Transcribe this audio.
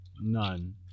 None